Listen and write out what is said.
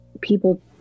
people